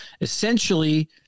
Essentially